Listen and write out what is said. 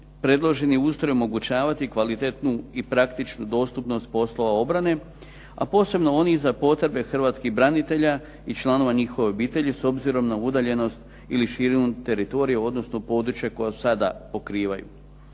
predloženi ustroj omogućavati kvalitetnu i praktičnu dostupnost poslove obrane, a posebno onih za potrebe hrvatskih branitelja i članova njihove obitelji s obzirom na udaljenost ili šireg teritorija, odnosno područja koja sada pokrivaju.